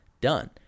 done